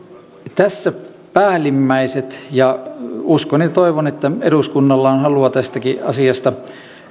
tässä päällimmäiset uskon ja toivon että eduskunnalla on on halua tästäkin asiasta